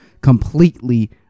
completely